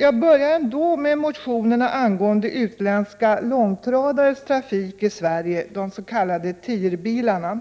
Jag börjar med motionerna angående utländska långtradares trafik i Sverige, de s.k. TIR-bilarna,